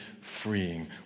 freeing